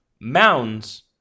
mounds